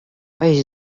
vai